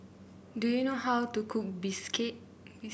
do you know how to cook bistake